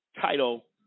title